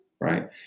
right